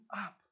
up